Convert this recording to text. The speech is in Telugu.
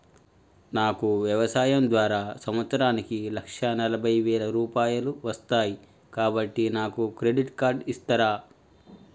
నాకు వ్యవసాయం ద్వారా సంవత్సరానికి లక్ష నలభై వేల రూపాయలు వస్తయ్, కాబట్టి నాకు క్రెడిట్ కార్డ్ ఇస్తరా?